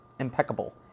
impeccable